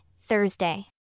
Thursday